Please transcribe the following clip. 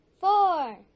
four